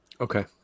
Okay